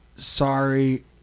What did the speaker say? sorry